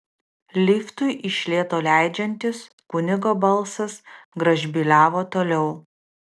liftui iš lėto leidžiantis kunigo balsas gražbyliavo toliau